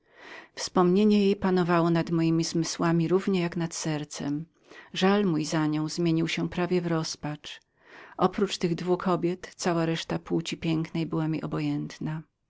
wspomnienie jej panowało nad mojemi zmysłami równie jak nad sercem żal mój za nią zmieniał się prawie w rozpacz oprócz dla tych dwóch kobiet dla całej reszty płci pięknej byłem obojętnym